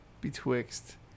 Betwixt